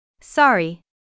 Sorry